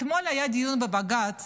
אתמול היה דיון בבג"ץ